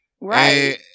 right